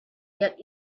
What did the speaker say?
yet